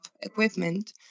equipment